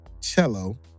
cello